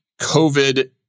COVID